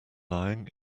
lying